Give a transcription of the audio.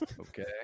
Okay